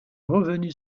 revenu